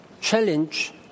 challenge